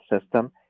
system